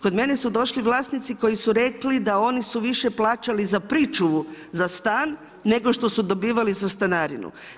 Kod mene su došli vlasnici koji su rekli da oni su više plaćali za pričuvu za stan nego što su dobivali za stanarinu.